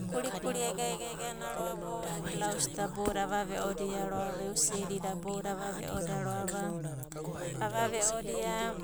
A kurikuri egaegana ro'ava o e'u blaos da boudadai ava ve'oda ro'ava, e'u siedida boudadai ava ve'oda ro'ava. Vava ve'odia,